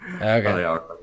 Okay